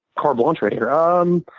carte blanche right here. um